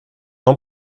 non